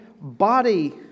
body